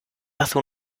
hace